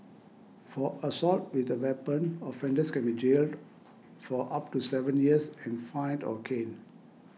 for assault with a weapon offenders can be jailed for up to seven years and fined or caned